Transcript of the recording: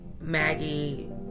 Maggie